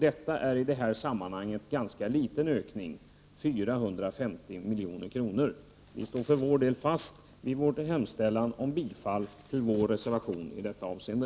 Det är i sammanhanget en ganska liten ökning, 450 milj.kr. Vi står för vår del fast vid vår hemställan om bifall till vår reservation i detta avseende.